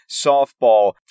Softball